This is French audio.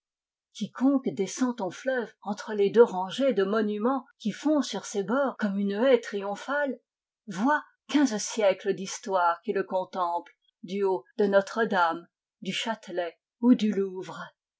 quiconque descend ton fleuve entre les deux rangées de monuments qui font sur ses bords comme une haie triomphale voit quinze siècles d'histoire qui le contemplent du haut de notredame du châtelet ou du louvre